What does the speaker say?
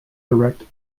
direct